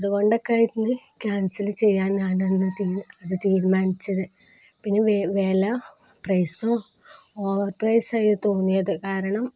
അതുകൊണ്ടൊക്കെയായിരുന്നുഅന്ന് cancel ചെയ്യാൻ ഞാനന്നു തീരുമാനിച്ചത് പിന്നെ വില പ്രൈസോ ഓവർ പ്രൈസായി തോന്നിയതു കാരണം